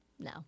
No